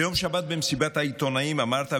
ביום שבת במסיבת העיתונאים אמרת,